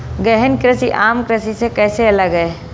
गहन कृषि आम कृषि से कैसे अलग है?